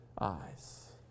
eyes